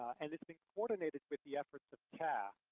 and it's been coordinated with the efforts of cast.